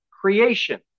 Creation